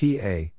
PA